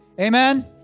Amen